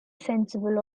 sensible